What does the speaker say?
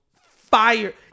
Fire